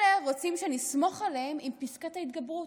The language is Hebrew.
אלה רוצים שנסמוך עליהם עם פסקת ההתגברות.